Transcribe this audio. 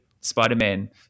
Spider-Man